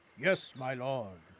yes, my lord.